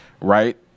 Right